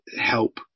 help